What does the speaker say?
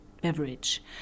beverage